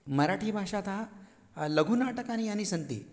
मराठीभाषातः लघुनाटकानि यानि सन्ति